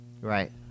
right